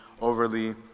overly